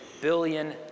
billion